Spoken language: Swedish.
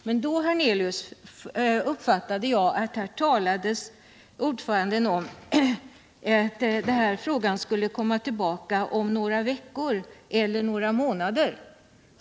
Jag uppfattade ordförandens inlägg som om biståndsfrågorna skulle komma tillbaka till kammaren om några veckor eller om några månader.